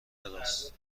راست